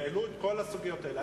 והעלו את הסוגיות האלה.